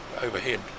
overhead